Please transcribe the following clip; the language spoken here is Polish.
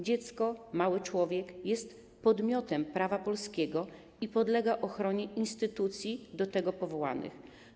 Dziecko, mały człowiek jest podmiotem prawa polskiego i podlega ochronie instytucji do tego powołanych.